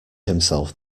himself